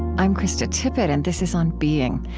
i'm krista tippett, and this is on being.